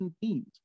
themes